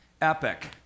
epic